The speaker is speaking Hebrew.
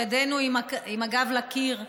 בעודנו עם הגב לקיר,